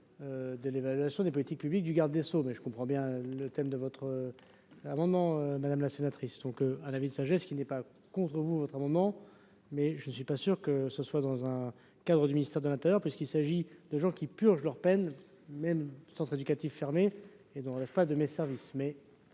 de l'évaluation des politiques publiques du garde des sceaux, mais je comprends bien le thème de votre amendement madame la sénatrice, donc à la vie de sagesse qui n'est pas contre vous, autre moment mais je ne suis pas sûr que ce soit dans un cadre du ministère de l'Intérieur, puisqu'il s'agit de gens qui purgent leur peine même centres éducatifs fermés et dans la fin de mes services,